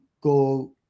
go